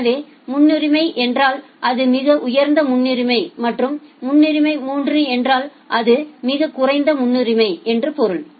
எனவே முன்னுரிமை 1 என்றால் அது மிக உயர்ந்த முன்னுரிமை மற்றும் முன்னுரிமை 3 என்றால் அது மிகக் குறைந்த முன்னுரிமை என்று பொருள்